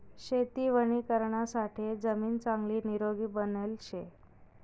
शेती वणीकरणासाठे जमीन चांगली निरोगी बनेल शे